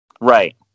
Right